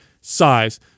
size